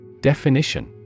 Definition